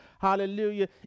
hallelujah